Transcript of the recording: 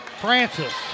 Francis